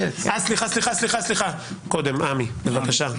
סליחה, קודם עמי, בבקשה.